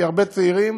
כי הרבה צעירים,